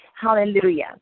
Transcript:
Hallelujah